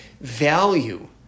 value